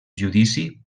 judici